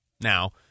Now